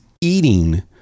eating